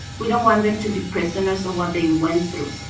we don't want them to be prisoners of what they went through.